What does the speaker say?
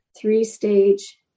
three-stage